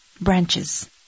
Branches